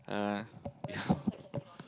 uh yeah